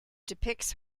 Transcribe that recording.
depicts